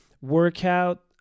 workout